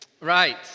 right